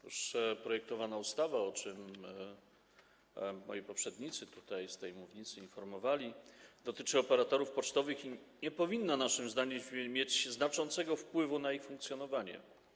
Otóż projektowana ustawa, o czym moi poprzednicy tutaj z tej mównicy informowali, dotyczy operatorów pocztowych i nie powinna naszym zdaniem mieć znaczącego wpływu na ich funkcjonowanie.